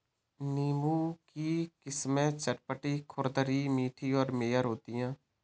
नींबू की किस्में चपटी, खुरदरी, मीठी और मेयर होती हैं